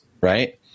Right